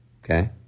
Okay